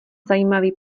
zajímavý